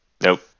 Nope